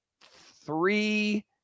three